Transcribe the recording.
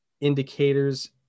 indicators